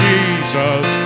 Jesus